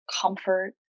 comfort